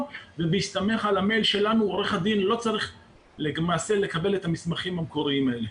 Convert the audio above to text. ובהסתמך על המייל שלנו למעשה לא צריך להגיש את המסמכים המקוריים אליהם.